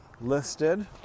listed